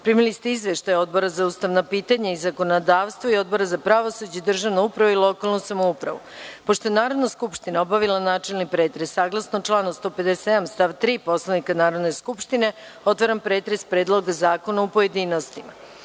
Korać. Primili ste izveštaje Odbora za ustavna pitanja i zakonodavstvo i Odbora za pravosuđe, državnu upravu i lokalnu samoupravu. Pošto je Narodna skupština obavila načelni pretres, saglasno članu 157. stav 3. Poslovnika Narodne skupštine otvaram pretres Predloga zakona u pojedinostima. Na